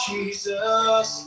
Jesus